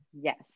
Yes